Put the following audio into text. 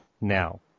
now